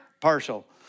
partial